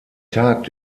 tagt